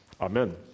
Amen